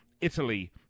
Italy